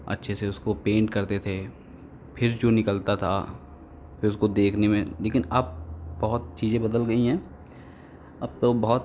अच्छे से उसको पेंट करते थे फिर जो निकलता था उसको देखने में लेकिन अब बहुत चीज़ें बदल गई हैं अब तो बहुत